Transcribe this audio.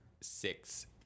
six